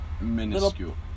minuscule